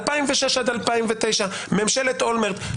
2006 עד 2009, ממשלת אולמרט.